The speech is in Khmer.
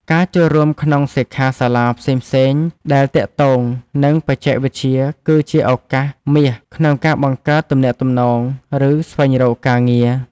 ការចូលរួមក្នុងសិក្ខាសាលាផ្សេងៗដែលទាក់ទងនឹងបច្ចេកវិទ្យាគឺជាឱកាសមាសក្នុងការបង្កើតទំនាក់ទំនង ឬ ស្វែងរកការងារ។